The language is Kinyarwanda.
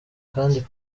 kandi